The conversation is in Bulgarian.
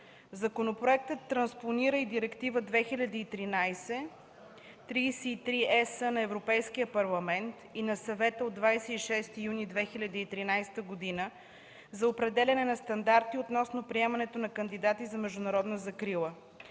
Законопроектът транспонира и Директива 2013/33/ЕС на Европейския парламент и на Съвета от 26 юни 2013 г. за определяне на стандарти относно приемането на кандидати за международна закрила.